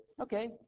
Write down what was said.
Okay